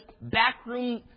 backroom